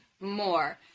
more